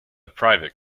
private